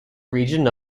region